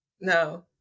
No